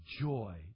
joy